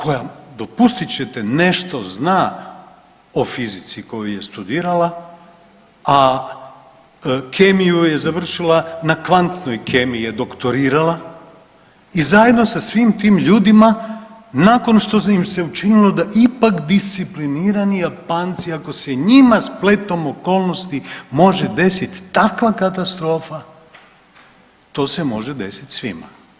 Ali Merkel koja dopustit ćete nešto zna o fizici koju je studirala, a kemiju je završila na kvantnoj kemiji je doktorirala i zajedno sa svim tim ljudima nakon što im se učinilo da ipak disciplinirani Japanci ako se i njima spletom okolnosti može desiti takva katastrofa to se može desiti svima.